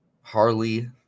Harley